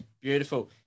Beautiful